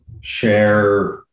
share